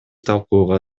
талкууга